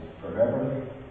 forever